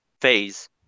phase